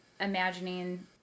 imagining